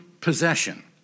possession